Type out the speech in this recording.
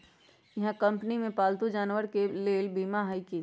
इहा कंपनी में पालतू जानवर के लेल बीमा हए कि?